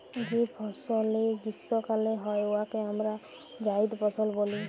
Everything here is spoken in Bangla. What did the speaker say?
যে ফসলে গীষ্মকালে হ্যয় উয়াকে আমরা জাইদ ফসল ব্যলি